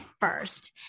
first